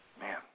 Man